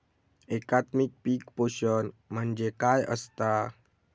एकात्मिक पीक पोषण म्हणजे काय असतां?